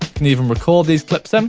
can even record these clips in.